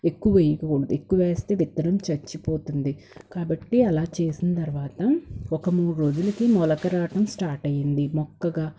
ఎక్కువ వేయకూడదు ఎక్కువ వేస్తే విత్తనం చచ్చిపోతుంది కాబట్టి అలా చేసిన తర్వాత ఒక మూడు రోజులకి మొలక రావటం స్టార్ట్ అయింది మొక్కగా